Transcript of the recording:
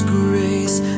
grace